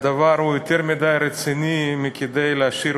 הדבר הוא יותר מדי רציני מכדי להשאיר